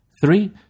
Three